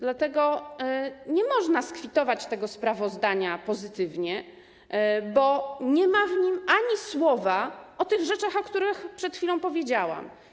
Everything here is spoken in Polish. Dlatego nie można skwitować tego sprawozdania pozytywnie, bo nie ma w nim ani słowa o tych rzeczach, o których przed chwilą powiedziałam.